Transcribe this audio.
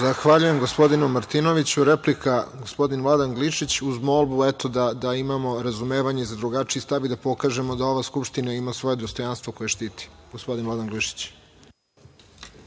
Zahvaljujem, gospodinu Martinoviću. Replika, gospodin Vladan Glišić, uz molbu da imamo razumevanje i za drugačiji stav i da pokažemo da ova Skupština ima svoje dostojanstvo koje štiti. Reč ima gospodin Vladan